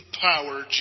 power